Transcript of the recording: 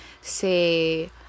say